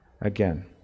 again